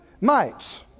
mites